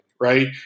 right